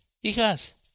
hijas